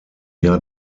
jahr